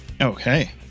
okay